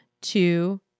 two